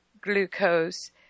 glucose